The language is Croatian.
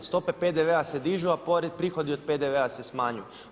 Stope PDV-a se dižu, a prihodi od PDV-a se smanjuju.